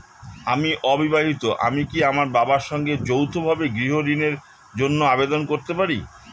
আমি অবিবাহিতা আমি কি আমার বাবার সঙ্গে যৌথভাবে গৃহ ঋণের জন্য আবেদন করতে পারি?